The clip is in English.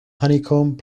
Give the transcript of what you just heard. honeycomb